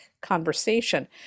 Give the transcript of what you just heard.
conversation